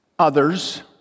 others